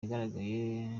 yagaragaje